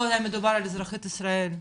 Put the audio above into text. פה היה מדובר על אזרחית ישראל.